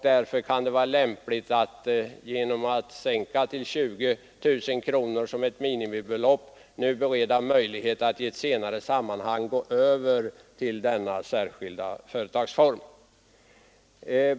Därför kan det vara lämpligt att sänka aktiekapitalet till 20 000 kronor som minimibelopp för att därigenom bereda möjlighet att i ett senare sammanhang gå över till denna särskilda företagsform.